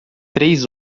três